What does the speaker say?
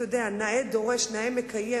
אתה יודע, נאה דורש נאה מקיים.